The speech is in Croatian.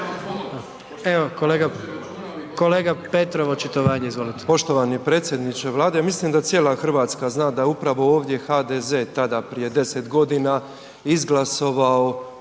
Evo kolega Petrov očitovanje. Izvolite. **Petrov, Božo (MOST)** Poštovani predsjedniče Vlade mislim da cijela Hrvatska zna da je upravo ovdje HDZ tada prije 10 godina izglasovao